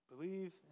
Believe